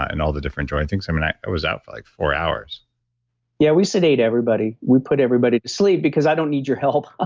and all the different joint things. um and i i was out for like four hours yeah. we sedate everybody. we put everybody to sleep because i don't need your help ah